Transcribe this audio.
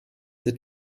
the